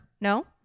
No